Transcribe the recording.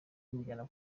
bamujyana